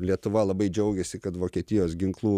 lietuva labai džiaugiasi kad vokietijos ginklų